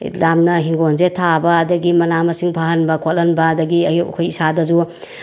ꯍꯦꯛ ꯂꯥꯝꯅ ꯏꯪꯈꯣꯜꯁꯦ ꯊꯥꯕ ꯑꯗꯒꯤ ꯃꯅꯥ ꯃꯁꯤꯡ ꯐꯍꯟꯕ ꯈꯣꯠꯍꯟꯕ ꯑꯗꯒꯤ ꯑꯌꯨꯛ ꯑꯩꯈꯣꯏ ꯏꯁꯥꯗꯁꯨ